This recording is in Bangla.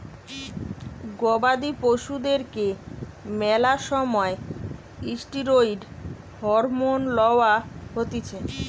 গবাদি পশুদেরকে ম্যালা সময় ষ্টিরৈড হরমোন লওয়া হতিছে